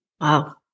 Wow